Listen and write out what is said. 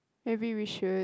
maybe we should